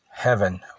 Heaven